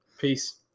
peace